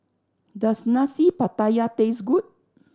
does Nasi Pattaya taste good